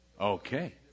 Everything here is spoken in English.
Okay